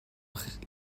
خیلی